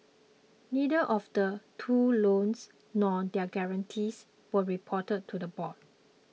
neither of the two loans nor their guarantees were reported to the board